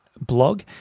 blog